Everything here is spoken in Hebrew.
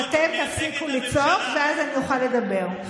אתם תפסיקו לצעוק, ואז אני אוכל לדבר.